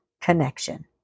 connection